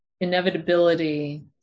inevitability